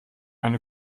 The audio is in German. eine